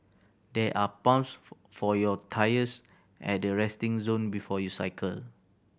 there are pumps for your tyres at the resting zone before you cycle